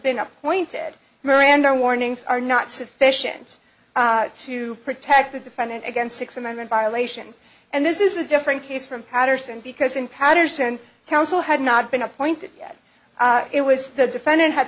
been appointed miranda warnings are not sufficient to protect the defendant against six and i mean violations and this is a different case from paterson because in patterson counsel had not been appointed yet it was the defendant ha